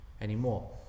anymore